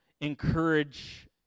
encourage